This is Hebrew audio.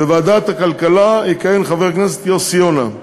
בוועדת הכלכלה יכהן חבר הכנסת יוסי יונה,